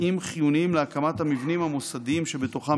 שתנאים חיוניים להקמת המבנים המוסדיים שבתוכם